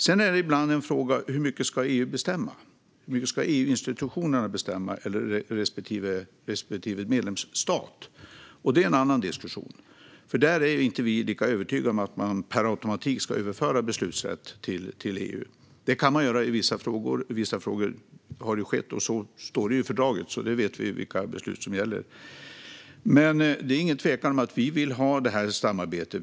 Sedan är frågan ibland hur mycket EU-institutionerna och respektive medlemsstat ska bestämma. Det är en annan diskussion. Vi är inte lika övertygade om att man per automatik ska överföra beslutsrätt till EU. Man kan göra det i vissa frågor, och det har också skett. Det står i fördraget, så vi vet vilka beslut det gäller. Det är ingen tvekan om att vi vill ha det här samarbetet.